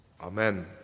Amen